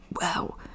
Wow